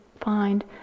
find